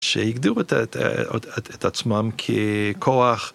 שיגדירו את עצמם ככוח.